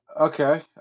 okay